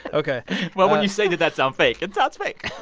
ok well, when you say, did that sound fake, it's sounds fake.